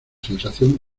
sensación